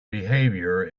behavior